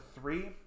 three